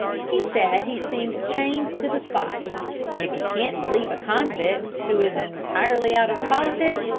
he said he seemed chained to the spot and if you can't believe a convict who is entirely out of politics,